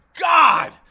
God